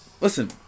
Listen